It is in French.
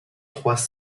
trois